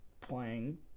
playing